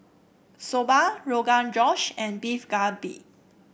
Soba Rogan Josh and Beef Galbi